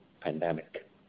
pandemic